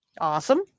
Awesome